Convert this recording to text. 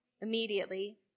Immediately